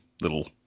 little